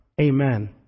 amen